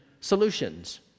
solutions